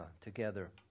together